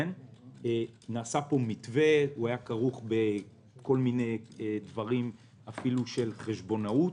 נעשה פה מתווה שהיה כרוך בדברים של חשבונאות.